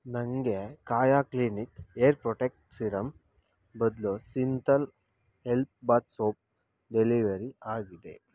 ನನಗೆ Kaya clinic air protect serum ಬದಲು Cinthol health bath soap delivery ಆಗಿದೆ